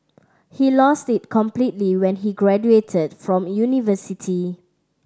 he lost it completely when he graduated from university